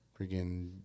Freaking